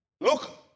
Look